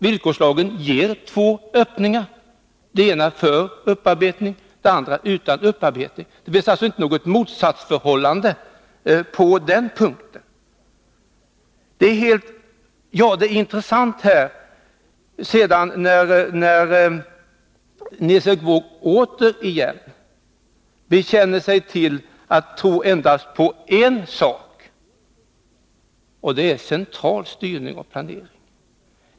Den ger två öppningar — den ena för upparbetning, den andra utan upparbetning. Det finns alltså inget motsatsförhållande på den punkten. Det är intressant att konstatera att Nils Erik Wååg återigen bekänner att han endast tror på en sak — central styrning och planering.